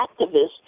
activists